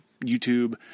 YouTube